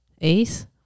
Ace